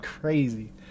crazy